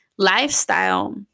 lifestyle